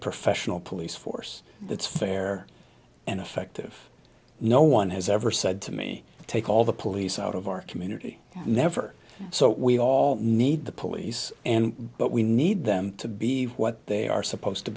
professional police force that's fair and effective no one has ever said to me take all the police out of our community never so we all need the police and but we need them to be what they are supposed to